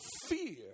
fear